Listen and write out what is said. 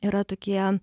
yra tokie